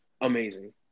amazing